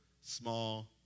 small